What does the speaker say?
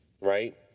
right